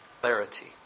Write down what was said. clarity